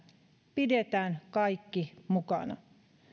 pidetään kaikki mukana